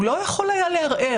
הוא לא יכול היה לערער.